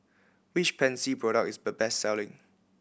which Pansy product is the best selling